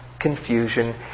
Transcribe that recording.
confusion